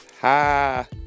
Ha